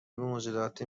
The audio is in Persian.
موجودات